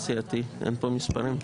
אין פה מספרים?